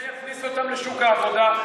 זה יכניס אותן לשוק העבודה.